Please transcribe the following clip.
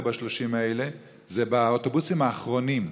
ב-30 האלה זה באוטובוסים האחרונים.